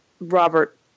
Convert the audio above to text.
Robert